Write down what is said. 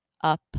up